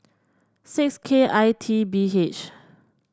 six K I T B H